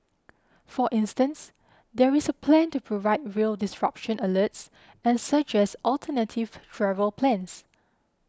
for instance there is a plan to provide rail disruption alerts and suggest alternative travel plans